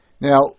now